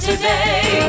Today